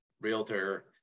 realtor